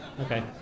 Okay